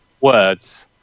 words